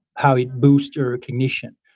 how it boost your cognition.